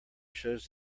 shows